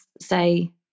say